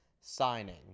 signing